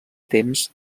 temps